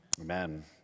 amen